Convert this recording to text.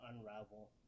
unravel